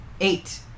Eight